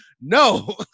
No